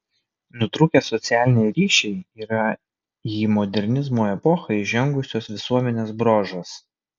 nutrūkę socialiniai ryšiai yra į modernizmo epochą įžengusios visuomenės bruožas